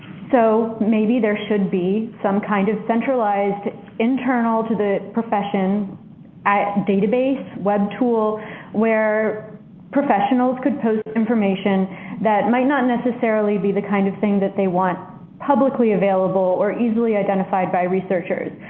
so maybe there should be some kind of centralized internal to the profession database, web tool where professionals could post information that might not necessarily be the kind of thing that they want publicly available or easily identified by researchers.